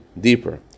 deeper